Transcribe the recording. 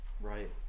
Right